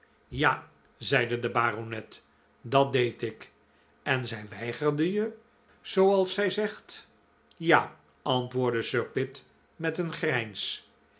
ja zeide de baronet dat deed ik en zij weigerde je zooals zij zegt ja antwoordde sir pitt met een grijns